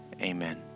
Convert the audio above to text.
amen